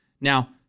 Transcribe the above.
Now